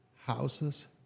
houses